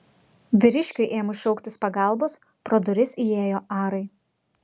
vyriškiui ėmus šauktis pagalbos pro duris įėjo arai